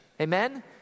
Amen